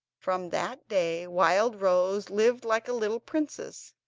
from that day wildrose lived like a little princess.